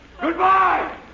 Goodbye